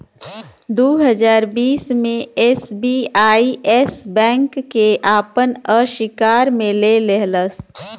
दू हज़ार बीस मे एस.बी.आई येस बैंक के आपन अशिकार मे ले लेहलस